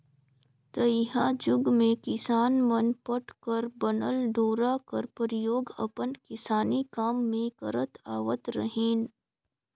तइहा जुग मे किसान मन पट कर बनल डोरा कर परियोग अपन किसानी काम मे करत आवत रहिन